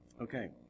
Okay